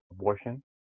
abortion